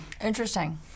Interesting